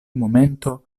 momento